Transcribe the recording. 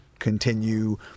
continue